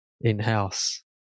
in-house